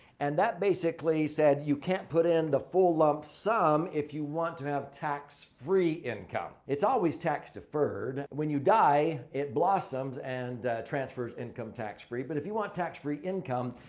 and that basically said, you can't put in the full lump sum if you want to have tax-free income. it's always tax deferred. when you die, it blossoms and transfers income tax-free. but if you want tax-free income,